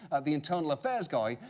the internal affairs guy,